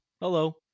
Hello